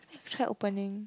he tried opening